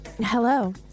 Hello